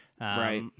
Right